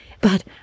But